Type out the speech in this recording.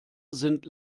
sind